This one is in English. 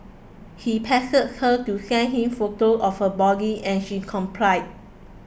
he pestered her to send him photos of her body and she complied